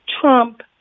Trump